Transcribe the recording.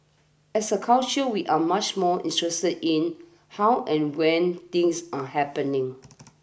as a culture we are much more interested in how and when things are happening